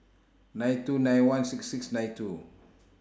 nine two nine one six six nine two